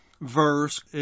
verse